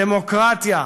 הדמוקרטיה,